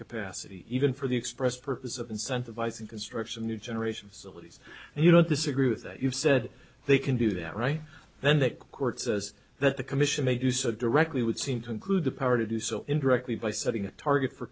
capacity even for the express purpose of incentivizing construction new generation facilities and you don't disagree with that you've said they can do that right then that court says that the commission may do so directly would seem to include the power to do so indirectly by setting a target for